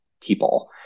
people